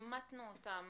עימתנו אותם